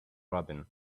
robin